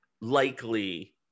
likely